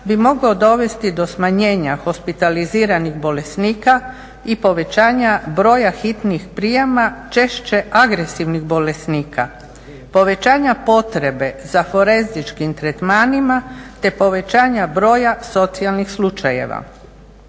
bi mogao dovesti do smanjenja hospitaliziranih bolesnika i povećanja broja hitnih prijama češće agresivnih bolesnika, povećanja potrebe za forenzičkim tretmanima te povećanja broja socijalnih slučajeva.